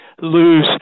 lose